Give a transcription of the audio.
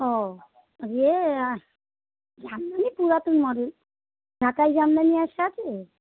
ও যে আমি ওই পুরাতন মডেল ঢাকাই জামদানি অ্যাস আছে